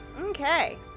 Okay